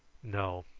no.